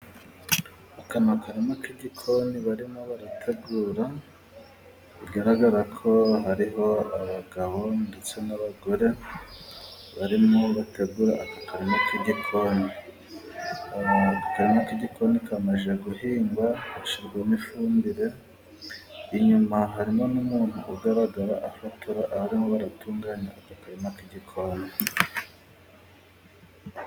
Aka ni akarima k'igikoni barimo barategura, bigaragara ko hariho abagabo ndetse n'abagore barimo bategura aka karima k'igikoni, aka akarima k'igikoni kamaze guhingwa gashyirwamo ifumbire, inyuma harimo n'umuntu ugaragara afotora aho barimo baratunganya aka karima k'igikoni.